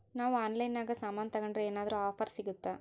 ನಾವು ಆನ್ಲೈನಿನಾಗ ಸಾಮಾನು ತಗಂಡ್ರ ಏನಾದ್ರೂ ಆಫರ್ ಸಿಗುತ್ತಾ?